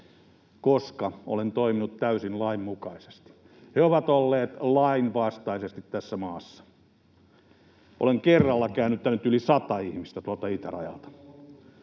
koska olen toiminut täysin lainmukaisesti. He ovat olleet lainvastaisesti tässä maassa. Olen kerralla käännyttänyt yli sata ihmistä tuolta itärajalta.